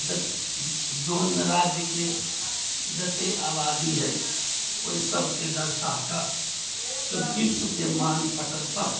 जत जोन राज्यके जते आबादी अइ ओइ सभके दर्शा कऽ विश्वके मान पटलपर